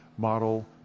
Model